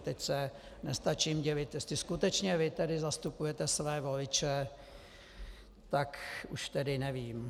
Teď se nestačím divit, jestli skutečně zastupujete své voliče, tak už tedy nevím.